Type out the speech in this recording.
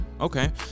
okay